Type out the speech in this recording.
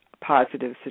positive